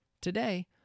Today